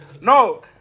No